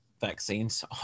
vaccines